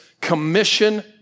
commission